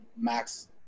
max